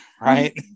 right